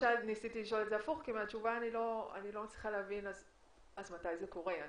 ניסיתי לשאול את זה הפוך כי מהתשובה אני לא מצליחה להבין מתי זה קורה.